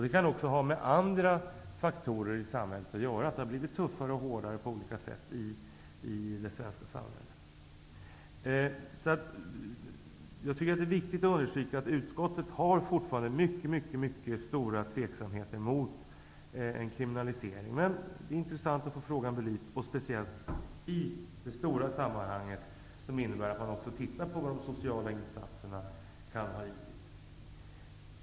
Det kan också ha med andra faktorer i samhället att göra, som att det har blivit tuffare och hårdare på olika sätt i det svenska samhället. Det är viktigt att understryka att utskottet fortfarande känner en mycket stor tveksamhet inför en kriminalisering. Det är ändå intressant att få frågan belyst, speciellt i det stora sammanhanget, som också innebär att man tittar på vad de sociala insatserna kan ha givit.